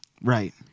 right